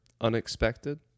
unexpected